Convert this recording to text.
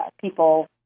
people